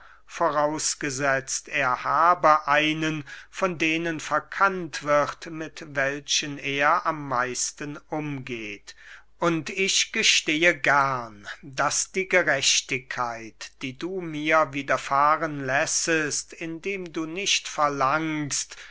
er habe einen von denen verkannt wird mit welchen er am meisten umgeht und ich gestehe gern daß die gerechtigkeit die du mir wiederfahren lässest indem du nicht verlangst